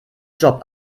job